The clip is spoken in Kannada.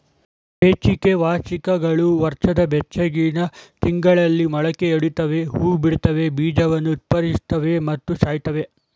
ಬೇಸಿಗೆ ವಾರ್ಷಿಕಗಳು ವರ್ಷದ ಬೆಚ್ಚಗಿನ ತಿಂಗಳಲ್ಲಿ ಮೊಳಕೆಯೊಡಿತವೆ ಹೂಬಿಡ್ತವೆ ಬೀಜವನ್ನು ಉತ್ಪಾದಿಸುತ್ವೆ ಮತ್ತು ಸಾಯ್ತವೆ